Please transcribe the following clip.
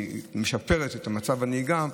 היא משפרת את מצב הנהיגה,